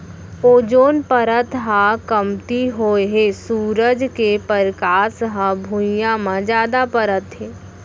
ozone परत ह कमती होए हे सूरज के परकास ह भुइयाँ म जादा परत हे